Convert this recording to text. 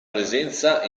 presenza